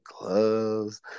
gloves